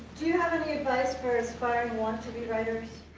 you have any advice for aspiring, want to be writers?